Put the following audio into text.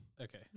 Okay